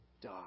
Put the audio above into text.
die